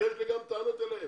יש לי גם טענות אליהם.